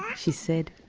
yeah she said,